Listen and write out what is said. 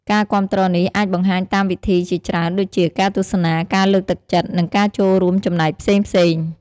ការគាំទ្រនេះអាចបង្ហាញតាមវិធីជាច្រើនដូចជា ការទស្សនា ការលើកទឹកចិត្ត និងការចូលរួមចំណែកផ្សេងៗ។